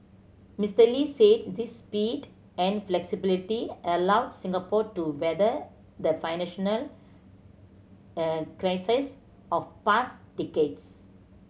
Mister Lee said this speed and flexibility allowed Singapore to weather the financial crises of past decades